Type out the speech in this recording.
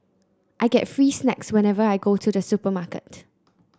I get free snacks whenever I go to the supermarket